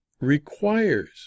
requires